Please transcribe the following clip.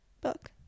book